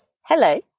Hello